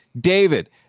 David